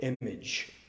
image